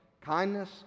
kindness